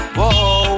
Whoa